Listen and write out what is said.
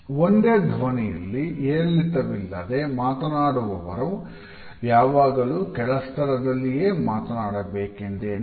ಒಂದೇ ಧ್ವನಿಯಲ್ಲಿ ಏರಿಳಿತವಿಲ್ಲದೆ ಮಾತನಾಡುವವರು ಯಾವಾಗಲೂ ಕೆಳ ಸ್ವರದಲ್ಲಿಯೇ ಮಾತನಾಡಬೇಕೆಂದೇನಿಲ್ಲ